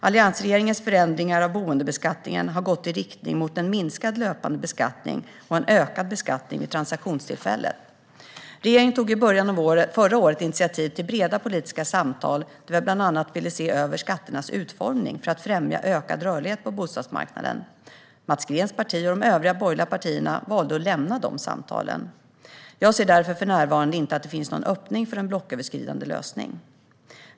Alliansregeringens förändringar av boendebeskattningen har gått i riktning mot en minskad löpande beskattning och en ökad beskattning vid transaktionstillfället. Regeringen tog i början av förra året initiativ till breda politiska samtal där vi bland annat ville se över skatternas utformning för att främja ökad rörlighet på bostadsmarknaden. Mats Greens parti och de övriga borgerliga partierna valde att lämna de samtalen. Jag ser därför för närvarande inte att det finns någon öppning för en blocköverskridande lösning.